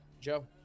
Joe